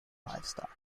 livestock